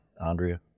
Andrea